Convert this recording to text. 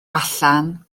allan